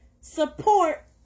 support